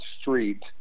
street